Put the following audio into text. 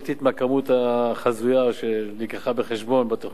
מהכמות החזויה שנלקחה בחשבון בתוכניות.